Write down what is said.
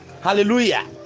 Hallelujah